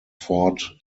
fort